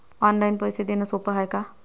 Online पैसे देण सोप हाय का?